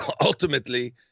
ultimately